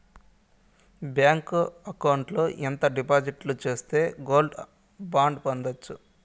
Bank account లో ఎంత డిపాజిట్లు సేస్తే గోల్డ్ బాండు పొందొచ్చు?